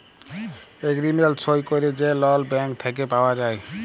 agreement সই ক্যইরে যে লল ব্যাংক থ্যাইকে পাউয়া যায়